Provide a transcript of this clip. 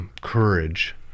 courage